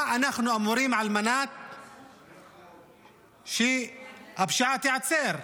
מה אנחנו אמורים לעשות על מנת שהפשיעה תיעצר,